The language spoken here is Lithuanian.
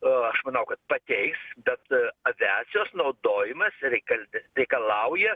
o aš manau kad pakeis bet aviacijos naudojimas reikalti reikalauja